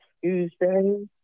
Tuesday